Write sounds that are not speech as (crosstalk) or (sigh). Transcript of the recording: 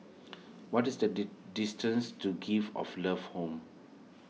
what is the (unintelligible) distance to Gift of Love Home